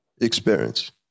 experience